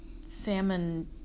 salmon